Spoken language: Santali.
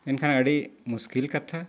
ᱢᱮᱱᱠᱷᱟᱱ ᱟᱹᱰᱤ ᱢᱩᱥᱠᱤᱞ ᱠᱟᱛᱷᱟ